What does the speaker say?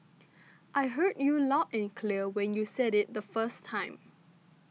I heard you loud and clear when you said it the first time